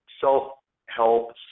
self-help